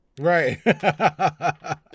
Right